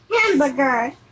Hamburger